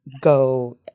go